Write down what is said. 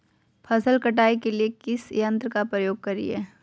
फसल कटाई के लिए किस यंत्र का प्रयोग करिये?